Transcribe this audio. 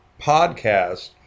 podcast